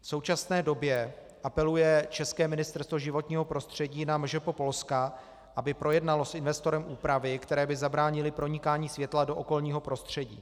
V současné době apeluje české Ministerstvo životního prostředí na MŽP Polska, aby projednalo s investorem úpravy, které by zabránily pronikání světla do okolního prostředí.